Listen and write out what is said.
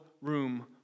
room